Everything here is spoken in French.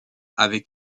avec